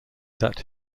that